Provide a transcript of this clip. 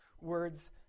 words